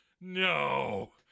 no